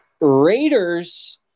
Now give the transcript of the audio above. Raiders